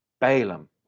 Balaam